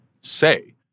say